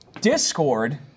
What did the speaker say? Discord